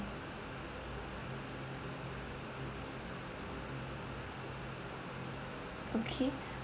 okay